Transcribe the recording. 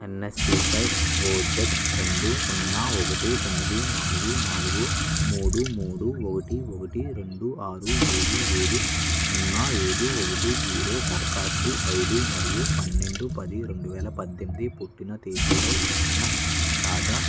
ఎన్ఎస్పిపై ఓజెడ్ రెండు సున్నా ఒకటి తొమ్మిది నాలుగు నాలుగు మూడు మూడు ఒకటి ఒకటి రెండు ఆరు ఏడు ఏడు సున్నా ఏడు ఒకటి జీరో దరఖాస్తు ఐడి మరియు పన్నెండు పది రెండు వేల పద్దెనిమిది పుట్టిన తేదీలో ఇచ్చిన తాజా